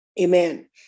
amen